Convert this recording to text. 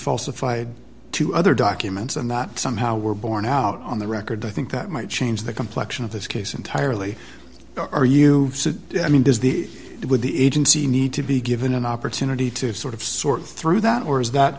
falsified two other documents and that somehow were borne out on the record i think that might change the complection of this case entirely are you i mean does the with the agency need to be given an opportunity to sort of sort through that or is that